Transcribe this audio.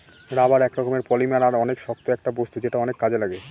rubber এক রকমের polymer আর অনেক শক্ত একটা বস্তু যেটা অনেক কাজে লাগে